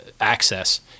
access